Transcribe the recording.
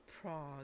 Prague